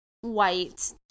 white